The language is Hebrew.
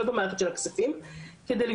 לא במערכת של הכספים,